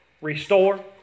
restore